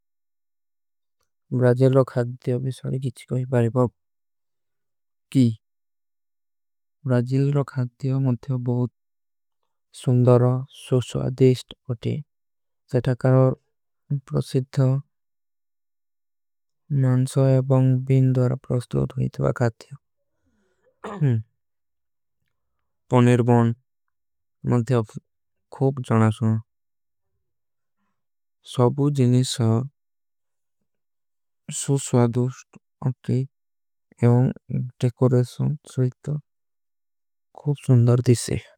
ବ୍ରାଜିଲ ରୋଖାର୍ଟ ଦିଯୋଂ ମେଂ ସୋରୀ କିଛ କୋଈ ବାରେବାବ କୀ। ବ୍ରାଜିଲ ରୋଖାର୍ଟ ଦିଯୋଂ ମେଂ ଥେଓ ବହୁତ ସୁନ୍ଦରା ସୂସ୍ଵାଧିସ୍ଟ। ଓଟେ ଜୈଠାକାର ପ୍ରସିଦ୍ଧା ନାଂସା ଏବଂଗ ବିଂଦ ଔର ପ୍ରସ୍ଥୂତ। ହୋଈ ଥେଵାଖାର୍ଟ ଦିଯୋଂ ପନେର ବୌନ ମୈଂ ଥେଵାଖାର୍ଟ କୋଈ। ବାରେବାବ ସବୂ ଜୀନିସ ହୈ ସୁସ୍ଵାଧିସ୍ଟ ଓଟେ ଏବଂଗ। ଡେକୋରେଶନ ସ୍ଵିଥ୍ଦା କୋଈ ବାରେବାବ ଦିଯୋଂ ମେଂ ସୁନ୍ଦରା।